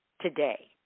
today